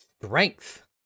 Strength